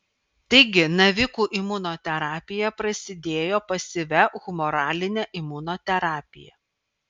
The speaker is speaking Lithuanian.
taigi navikų imunoterapija prasidėjo pasyvia humoraline imunoterapija